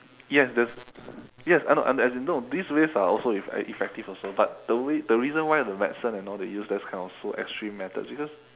yes there's yes I know no as in no these ways are also eff~ uh effective also but the way the reason why the medicine and all they use those kind of so extreme methods because